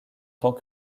tant